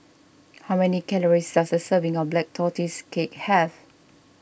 how many calories does a serving of Black Tortoise Cake have